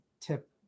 tip